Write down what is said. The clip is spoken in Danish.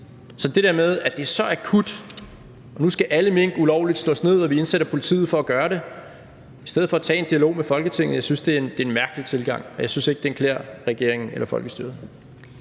Så den der tilgang med, at det er så akut, og nu skal alle mink ulovligt slås ned, og man indsætter politiet til at gøre det, i stedet for at tage en dialog med Folketinget, synes jeg er en mærkelig tilgang. Jeg synes ikke, det klæder regeringen eller folkestyret.